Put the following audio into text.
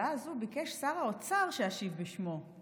ההצעה הזאת, ביקש שר האוצר שאשיב בשמו.